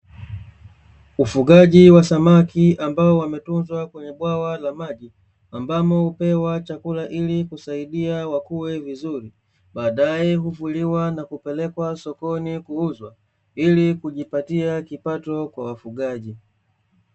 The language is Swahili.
Ufugaji wa samaki ambao wametunzwa kwenye bwawa la maji, ambapo hupewa chakula ili kusaidia wakue vizuri, baadae huvuliwa na kupelekwa sokoni kuuzwa ili kujipatia kipato kwa wafugaji.